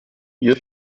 hier